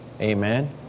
Amen